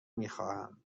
میخواهم